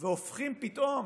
והופכים פתאום